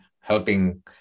helping